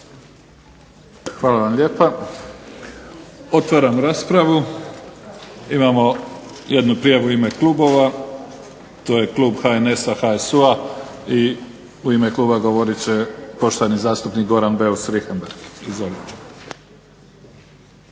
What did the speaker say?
Hvala vam lijepa. Otvaram raspravu. Imamo jednu prijavu u ime klubova, to je klub HNS-a, HSU-a i u ime kluba govorit će poštovani zastupnik Goran Beus Richembergh.